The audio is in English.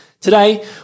Today